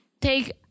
take